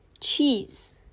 cheese